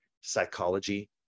psychology